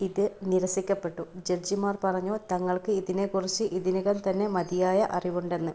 ഇത് നിരസിക്കപ്പെട്ടു ജഡ്ജിമാർ പറഞ്ഞു തങ്ങൾക്ക് ഇതിനെക്കുറിച്ച് ഇതിനകം തന്നെ മതിയായ അറിവുണ്ടെന്ന്